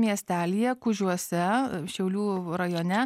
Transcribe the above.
miestelyje kužiuose šiaulių rajone